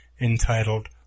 entitled